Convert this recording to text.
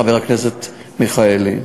חבר הכנסת מיכאלי,